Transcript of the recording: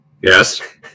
Yes